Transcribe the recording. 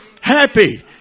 happy